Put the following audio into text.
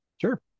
Sure